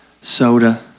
soda